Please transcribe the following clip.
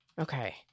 Okay